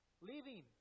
leaving